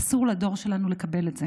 אסור לדור שלנו לקבל את זה.